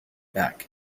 back